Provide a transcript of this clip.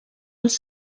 als